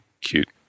cute